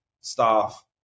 staff